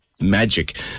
magic